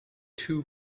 two